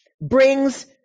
brings